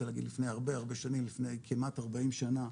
לפני כמעט 40 שנה,